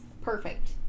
perfect